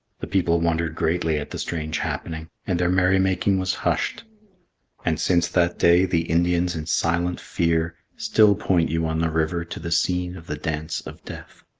the people wondered greatly at the strange happening, and their merry-making was hushed and since that day the indians in silent fear still point you on the river to the scene of the dance of death.